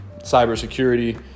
cybersecurity